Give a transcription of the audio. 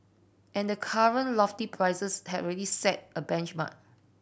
and the current lofty prices have already set a benchmark